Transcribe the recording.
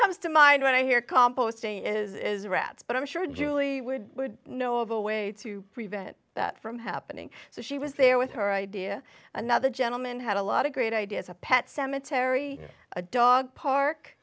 comes to mind when i hear composting is rats but i'm sure julie would know of a way to prevent that from happening so she was there with her idea another gentleman had a lot of great ideas a pet cemetery a dog park